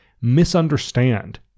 misunderstand